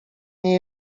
nie